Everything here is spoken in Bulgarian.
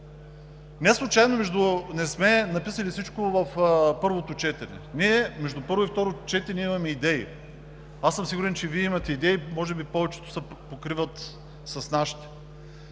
Неслучайно не сме написали всичко за първото четене. Ние между първо и второ четене имаме идеи. Аз съм сигурен, че и Вие имате идеи – може би повечето се покриват с нашите,